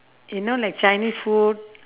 you know like chinese food